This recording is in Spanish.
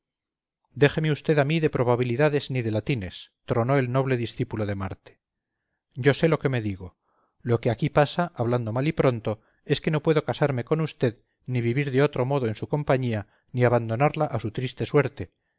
déjeme usted a mí de probabilidades ni de latines tronó el pobre discípulo de marte yo sé lo que me digo lo que aquí pasa hablando mal y pronto es que no puedo casarme con usted ni vivir de otro modo en su compañía ni abandonarla a su triste suerte